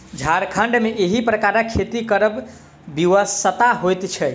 झारखण्ड मे एहि प्रकारक खेती करब विवशता होइत छै